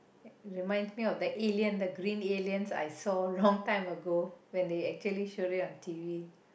reminds me of the alien the green aliens I saw long time ago when they actually showed it on T_V